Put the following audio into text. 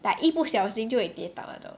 like 一不小心就会跌倒那种